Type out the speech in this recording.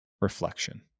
reflection